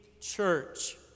church